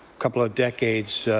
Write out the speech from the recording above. couple of decades